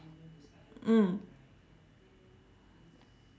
mm